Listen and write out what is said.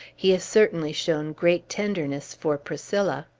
he has certainly shown great tenderness for priscilla.